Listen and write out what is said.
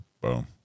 Boom